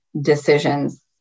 decisions